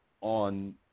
on